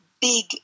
big